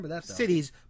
cities